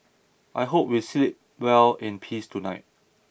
I hope we sleep well in peace tonight